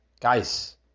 Guys